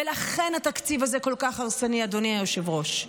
ולכן התקציב הזה כל כך הרסני, אדוני היושב-ראש.